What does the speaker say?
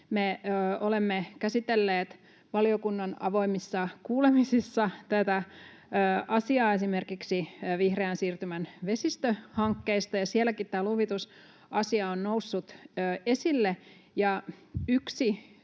olemme käsitelleet valiokunnan avoimissa kuulemisissa tätä asiaa esimerkiksi vihreän siirtymän vesistöhankkeista, ja sielläkin tämä luvitusasia on noussut esille.